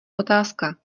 otázka